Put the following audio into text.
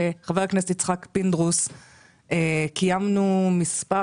חבר הכנסת יצחק פינדרוס קיימנו מספר